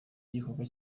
igikorwa